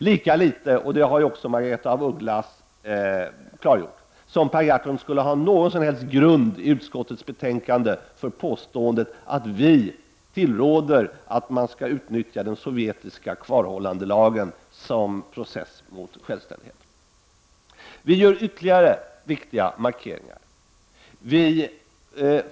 Lika litet — det har ju också Margaretha af Ugglas klargjort — har Per Gahrton någon som helst grund i utskottets betänkande för påståendet att vi tillråder att man skall utnyttja den sovjetiska kvarhållandelagen i en process mot självständighet. Vi gör ytterligare viktiga markeringar.